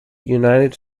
united